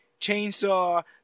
chainsaw